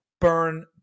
burn